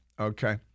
Okay